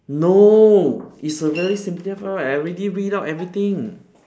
no it's a very simple file I already read out everything